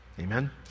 Amen